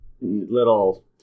little